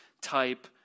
type